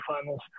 finals